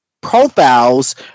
profiles